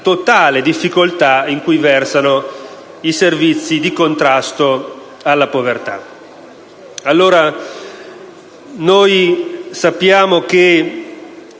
la totale difficoltà in cui versano i servizi di contrasto alla povertà.